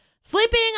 sleeping